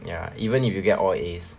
ya even if you get all a